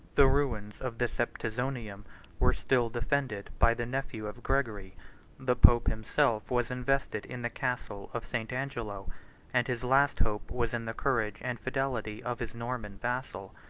the ruins of the septizonium were still defended by the nephew of gregory the pope himself was invested in the castle of st. angelo and his last hope was in the courage and fidelity of his norman vassal.